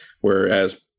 whereas